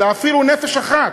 אלא אפילו נפש אחת,